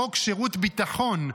חוק שירות ביטחון,